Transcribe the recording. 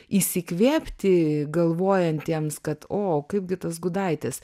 įsikvėpti galvojantiems kad o kaip gi tas gudaitis